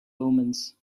omens